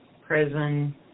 prison